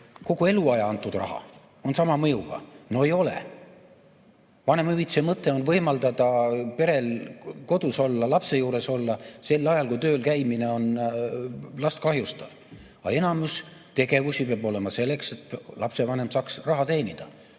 kogu eluaja antud raha on sama mõjuga. No ei ole! Vanemahüvitise mõte on võimaldada perel kodus olla, lapse juures olla sel ajal, kui tööl käimine on last kahjustav. Aga enamik tegevusi peab olema selleks, et lapsevanem saaks raha teenida.